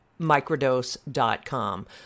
microdose.com